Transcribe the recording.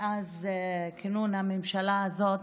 מאז כינון הממשלה הזאת,